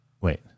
Wait